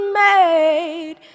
made